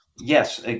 Yes